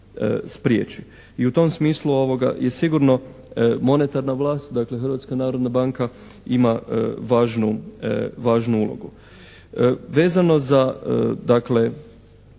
I u tom smislu je sigurno monetarna vlast, dakle Hrvatska narodna banka ima važnu ulogu.